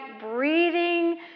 breathing